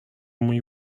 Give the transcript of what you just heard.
mój